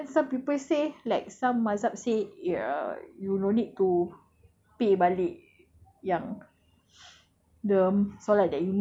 then it gets to me lah then macam then some people say like some mazhab say ya you no need to pay balik yang